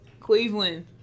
Cleveland